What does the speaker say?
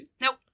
Nope